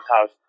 house